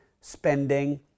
spending